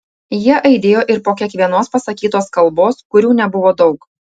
jie aidėjo ir po kiekvienos pasakytos kalbos kurių nebuvo daug